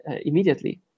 immediately